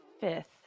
fifth